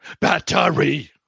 battery